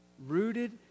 Rooted